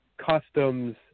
Customs